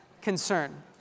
concern